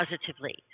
positively